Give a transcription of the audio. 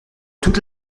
toute